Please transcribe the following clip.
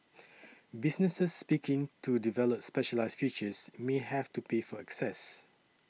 businesses speaking to develop specialised features may have to pay for access